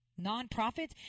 nonprofits